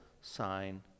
sign